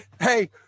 hey